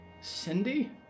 Cindy